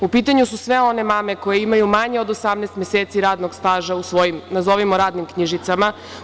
U pitanju su sve one mame koje imaju manje od 18 meseci radnog staža u svojim, nazovimo, radnim knjižicama.